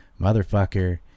motherfucker